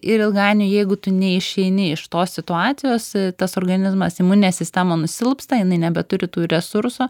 ir ilgainiui jeigu tu neišeini iš tos situacijos tas organizmas imuninė sistema nusilpsta jinai nebeturi tų resursų